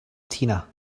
tina